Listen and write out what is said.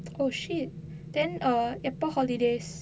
oh shit then err எப்ப:eppa holidays